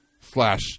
slash